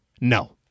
no